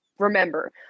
remember